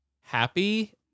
happy